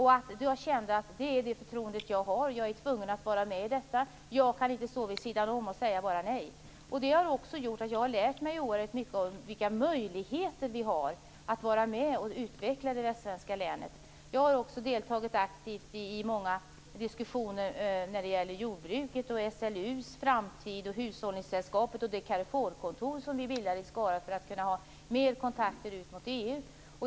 Jag kände att det var det förtroende jag hade, att jag var tvungen att vara med i detta och att jag inte kunde stå vid sidan om och bara säga nej. Det har också gjort att jag har lärt mig oerhört mycket om vilka möjligheter vi har att vara med och utveckla det västsvenska länet. Jag har också deltagit aktivt i många diskussioner när det gäller jordbrukets och SLU:s framtid liksom när det gäller hushållningssällskapet och det carrefourkontor som vi bildade i Skara för att kunna ha mer kontakter med EU.